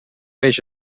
peix